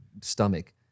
stomach